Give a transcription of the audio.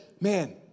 man